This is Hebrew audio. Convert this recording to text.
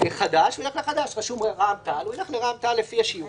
גור, אני לא מתעסקת בתחושות אישיות.